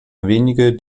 wenige